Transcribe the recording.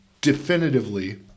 definitively